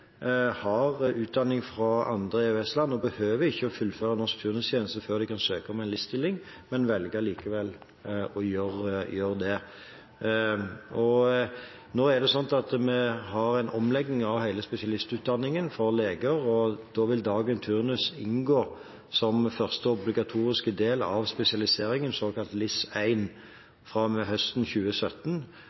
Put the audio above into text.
har utdanning fra andre EØS-land og behøver ikke fullføre norsk turnustjeneste før de kan søke om en LIS-stilling, men velger likevel å gjøre det. Vi har en omlegging av hele spesialistutdanningen for leger, og da vil dagens turnus inngå som første obligatoriske del av spesialiseringen, såkalt LIS 1, fra og med høsten 2017,